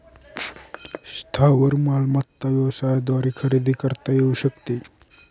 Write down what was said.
स्थावर मालमत्ता व्यवसायाद्वारे खरेदी करता येऊ शकते